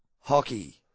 hockey